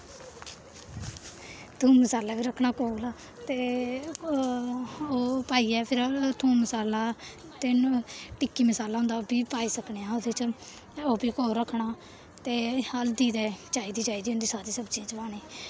थूम मसाला बी रखना कोल ते ओह् पाइये फिर थूम मसाला ते टिक्की मसाला होंदा ओह् बी पाई सकने आं ओह्दे च ओह् बी कोल रखना ते हल्दी ते चाहिदी चाहिदी होंदी सारी सब्जियें च पाने ते